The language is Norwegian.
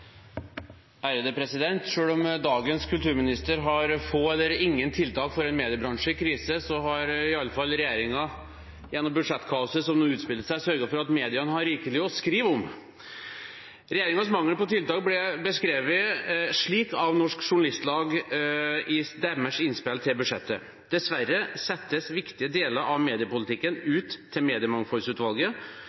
om dagens kulturminister har få eller ingen tiltak for en mediebransje i krise, har iallfall regjeringen gjennom budsjettkaoset som nå utspiller seg, sørget for at mediene har rikelig å skrive om. Regjeringens mangel på tiltak ble beskrevet slik av Norsk Journalistlag i deres innspill til budsjettet: «Dessverre settes viktige deler av mediepolitikken ut til Mediemangfoldsutvalget.